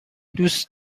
دوست